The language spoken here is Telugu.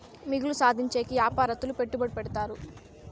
మిగులు సాధించేకి యాపారత్తులు పెట్టుబడి పెడతారు